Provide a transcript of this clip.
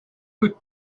foot